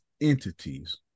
entities